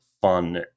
fun